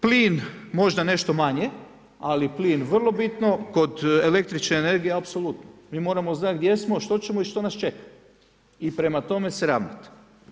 Plin, možda nešto manje, ali plin vrlo bitno kod električne energije apsolutno, mi moramo znati gdje smo, što ćemo i što nas čeka i prema tome se ravnat.